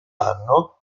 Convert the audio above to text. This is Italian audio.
anno